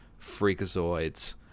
freakazoids